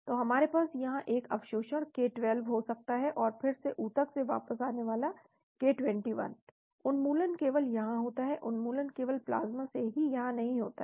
तो हमारे पास यहाँ एक अवशोषण k12 हो सकता है और फिर से ऊतक से वापस आने वाला k21 उन्मूलन केवल यहाँ होता है उन्मूलन केवल प्लाज्मा से ही यहाँ नहीं होता है